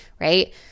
right